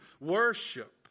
worship